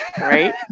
Right